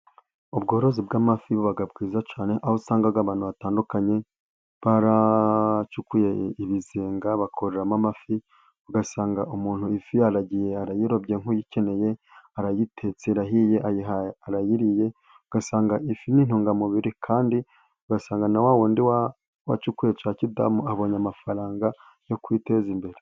Ubworozi bw'amafi buba bwiza cyane, aho usanga abantu batandukanye baracukuye ibizenga bakoreramo amafi, ugasanga umuntu ifi aragiye arayirobeye nk'uyikeneye arayitetse irahiye arayiriye, ugasanga ifi n'intungamubiri kandi ugasanga na wa wundi wacukuye cya kidamu abonye amafaranga yo kwiteza imbere.